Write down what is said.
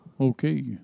Okay